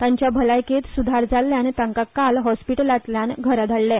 तांचे भलायकेंत सुदार जाल्ल्यान तांकां काल हॉस्पिटलांतल्यान घरा धाडले